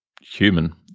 human